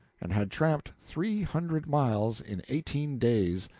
and had tramped three hundred miles in eighteen days,